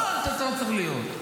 לא, אתה לא צריך להיות.